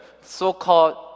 so-called